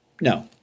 No